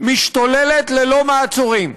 משתוללת ללא מעצורים.